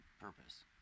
purpose